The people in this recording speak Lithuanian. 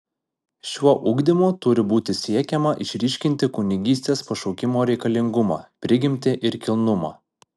šiuo ugdymu turi būti siekiama išryškinti kunigystės pašaukimo reikalingumą prigimtį ir kilnumą